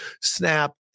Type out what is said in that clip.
Snap